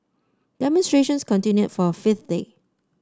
demonstrations continued for a fifth day